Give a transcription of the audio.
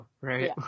right